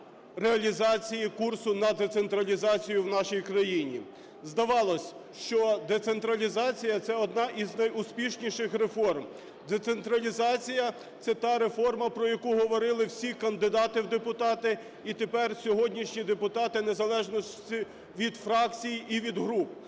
реалізації курсу на децентралізацію в нашій країні. Здавалось, що децентралізація – це одна із найуспішніших реформ. Децентралізація – це та реформа, про яку говорили всі кандидати в депутати і тепер сьогоднішні депутати в незалежності від фракцій і від груп.